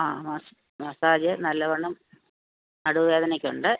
ആ മസ് മസാജ് നല്ലവണ്ണം നടുവേദനയ്ക്കുണ്ട്